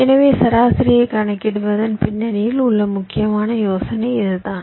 எனவே சராசரியைக் கணக்கிடுவதன் பின்னணியில் உள்ள முக்கியமான யோசனை இதுதான்